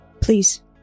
Please